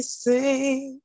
sing